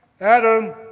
Adam